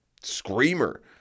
screamer